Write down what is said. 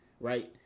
right